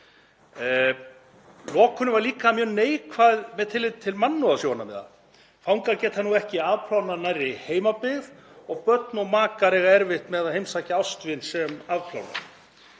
Lokunin var líka mjög neikvæð með tilliti til mannúðarsjónarmiða. Fangar geta nú ekki afplánað nærri heimabyggð og börn og makar eiga erfitt með að heimsækja ástvin sem afplánar.